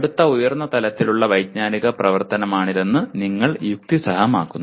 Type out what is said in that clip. അടുത്ത ഉയർന്ന തലത്തിലുള്ള വൈജ്ഞാനിക പ്രവർത്തനമാണിതെന്ന് നിങ്ങൾ യുക്തിസഹമാക്കുന്നു